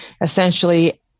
essentially